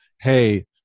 hey